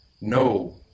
No